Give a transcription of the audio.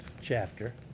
chapter